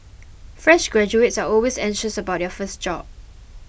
fresh graduates are always anxious about their first job